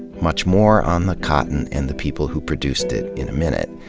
much more on the cotton, and the people who produced it, in a minute.